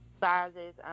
sizes